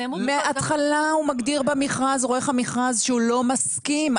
מההגדרה הוא מגדיר במכרז עורך המכרז שהוא לא מסכים,